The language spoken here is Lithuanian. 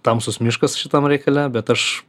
tamsus miškas šitam reikale bet aš